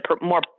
more